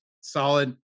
solid